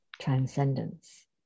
transcendence